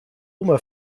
oma